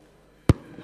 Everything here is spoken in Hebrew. בבקשה.